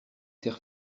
serre